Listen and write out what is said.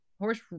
horse